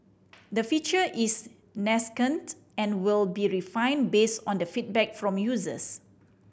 the feature is nascent and will be refined based on feedback from users